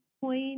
point